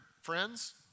friends